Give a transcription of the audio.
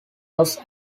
los